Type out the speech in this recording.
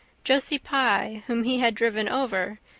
josie pye, whom he had driven over,